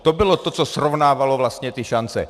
To bylo to, co srovnávalo vlastně ty šance.